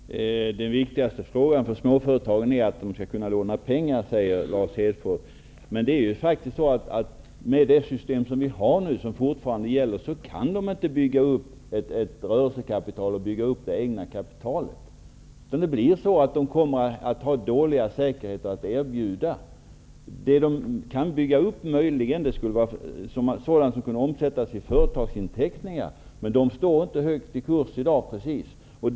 Herr talman! Den viktigaste frågan för småföretagen är att kunna låna pengar, säger Lars Hedfors. Men med det system som fortfarande gäller kan småföretagen inte bygga upp ett rörelsekapital och bygga upp det egna kapitalet. De kommer att ha dåliga säkerheter att erbjuda. Det de möjligen kan bygga upp rör sådant som kan omsättas i företagsinteckningar, men de står inte högt i kurs i dag.